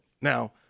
Now